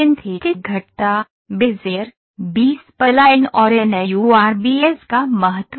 synthetic वक्र Bezier B spline और NURBS का महत्व